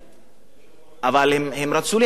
אבל הם רצו להביע דעתם,